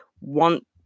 want